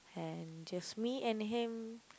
and just me and him